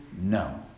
No